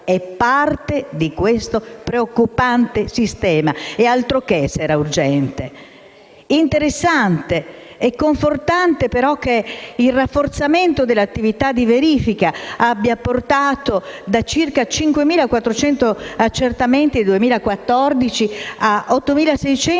è parte di questo preoccupante sistema. Eccome se era urgente! È interessante e confortante che il rafforzamento dell'attività di verifica abbia portato da circa 5.400 accertamenti nel 2014 a 8.600 nel 2015.